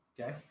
Okay